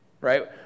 Right